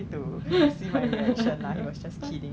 but then I look through the list right